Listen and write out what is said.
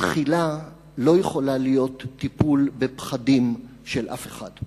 שזחילה לא יכולה להיות טיפול בפחדים של אף אחד.